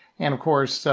and of course, so